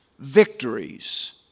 victories